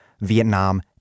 Vietnam